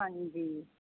ਹਾਂਜੀ